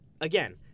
again